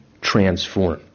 transformed